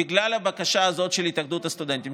בגלל הבקשה הזאת של התאחדות הסטודנטים,